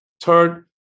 third